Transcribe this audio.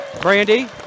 Brandy